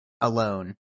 alone